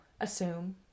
assume